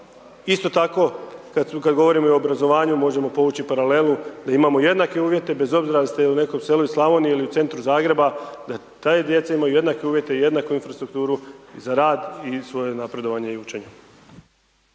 isto tako kad govorimo o obrazovanju, možemo povući paralelu da imamo jednake uvjete bez obzira jeste li u nekom selu iz Slavonije ili u centru Zagreba, da ta djeca imaju jednake uvjete i jednaku infrastrukturu za rad i svoj napredovanje općenito.